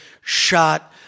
shot